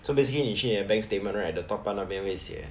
so basically 你去你的 bank statement right at the top 那边会写